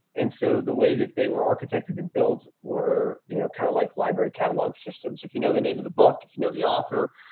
and so the way that they were architected and built were you know kind of like library catalog systems. if you know the name of the book, if you know the author,